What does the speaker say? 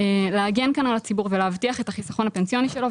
להגן כאן על הציבור ולהבטיח את החיסכון הפנסיוני שלו.